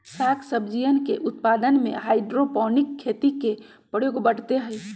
साग सब्जियन के उत्पादन में हाइड्रोपोनिक खेती के प्रयोग बढ़ते हई